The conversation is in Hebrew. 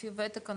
לפי וותק,